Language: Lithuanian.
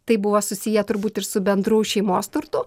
tai buvo susiję turbūt ir su bendru šeimos turtu